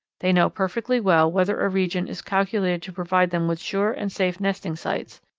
they know perfectly well whether a region is calculated to provide them with sure and safe nesting sites,